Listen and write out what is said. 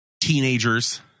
teenagers